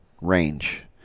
range